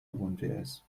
umts